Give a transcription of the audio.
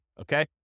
okay